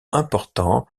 important